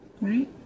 Right